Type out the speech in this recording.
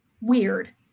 weird